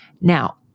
Now